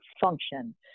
function